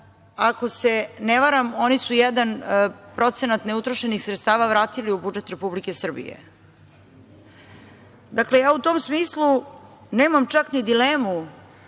ako se ne varam, oni su jedan procenat neutrošenih sredstava vratili u budžet Republike Srbije. Dakle, ja u tom smislu nemam čak ni dilemu